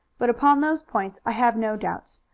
but upon those points i have no doubts.